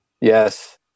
Yes